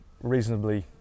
reasonably